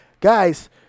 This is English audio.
Guys